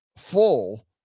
Full